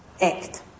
act